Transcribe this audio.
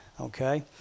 Okay